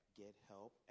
gethelp